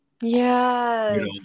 Yes